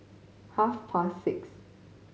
half past six